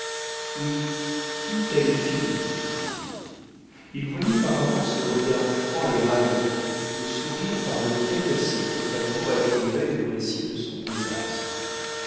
oui tout allait finir pour lui il voyait par avance le regard froid et railleur le sourire par lequel ses compagnons accueilleraient le récit de son désastre